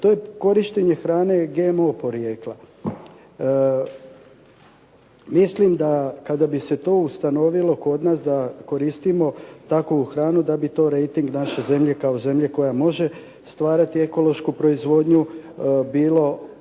To je korištenje hrane GMO porijekla. Mislim da kada bi se to ustanovilo kod nas da koristimo takovu hranu da bi to rejting naše zemlje kao zemlje koja može stvarati ekološku proizvodnju bilo